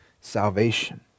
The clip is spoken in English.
salvation